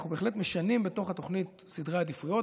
אנחנו בהחלט משנים בתוך התוכנית סדרי עדיפויות.